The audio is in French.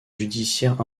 judiciaire